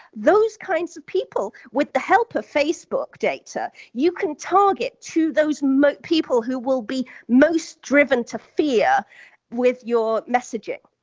those kinds of people, with the help of facebook data, you can target to those people who will be most driven to fear with your messaging.